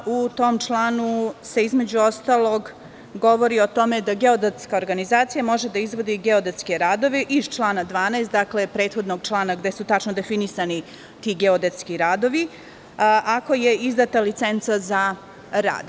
U tom članu se, između ostalog, govori o tome da geodetska organizacija može da izvodi geodetskeradove iz člana 12, dakle prethodnog člana, gde su tačno definisani ti geodetski radovi, ako je izdata licenca za rad.